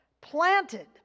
Planted